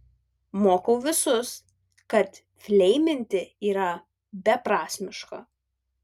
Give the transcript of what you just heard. mokau visus kad fleiminti yra beprasmiška